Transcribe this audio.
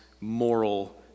moral